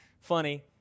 Funny